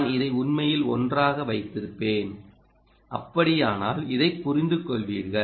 நான் இதை உண்மையில் ஒன்றாக வைத்திருப்பேன் அப்படியானால் இதைப் புரிந்து கொள்வீர்கள்